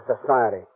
society